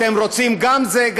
אתם רוצים גם זה.